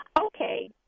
Okay